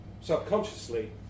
subconsciously